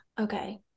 Okay